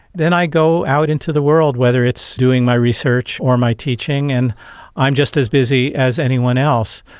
then i go out into the world, whether it's doing my research or my teaching, and i'm just as busy as anyone else.